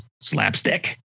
Slapstick